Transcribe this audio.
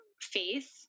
faith